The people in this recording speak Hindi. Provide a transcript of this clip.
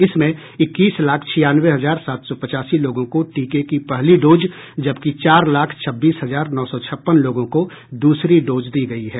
इसमें इक्कीस लाख छियानवे हजार सात सौ पचासी लोगों को टीके की पहली डोज जबकि चार लाख छब्बीस हजार नौ सौ छप्पन लोगों को द्रसरी डोज दी गयी है